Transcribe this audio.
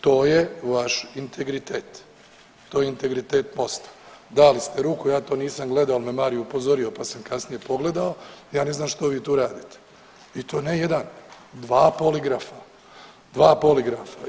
To je vaš integritet, to je integritet Mosta, dali ste ruku, ja to nisam gledao, al me Mario upozorio, pa sam kasnije pogledao, ja ne znam što vi tu radite i to ne jedan, dva poligrafa, dva poligrafa.